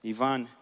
Ivan